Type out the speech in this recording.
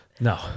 no